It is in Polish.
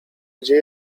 gdzie